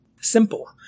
simple